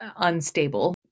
unstable